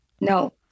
No